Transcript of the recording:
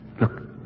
Look